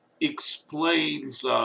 explains